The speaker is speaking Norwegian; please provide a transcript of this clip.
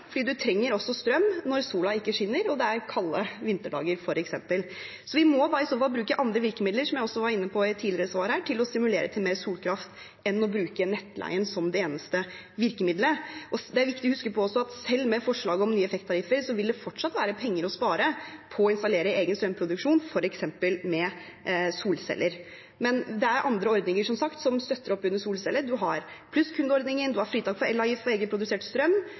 trenger også strøm når solen ikke skinner og det er kalde vinterdager, f.eks. Vi må i så fall bruke andre virkemidler – som jeg også var inne på i et tidligere svar – til å stimulere til mer solkraft, ikke bruke nettleien som det eneste virkemidlet. Det er også viktig å huske på at selv med forslag om nye effektavgifter vil det fortsatt være penger å spare på å installere egen strømproduksjon, f.eks. med solceller. Men det er som sagt andre ordninger som støtter opp under solceller, man har plusskundeordningen, man har fritak for elavgift på egenprodusert strøm og